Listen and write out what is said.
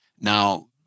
Now